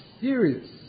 serious